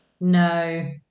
No